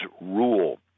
rule